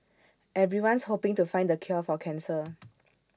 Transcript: everyone's hoping to find the cure for cancer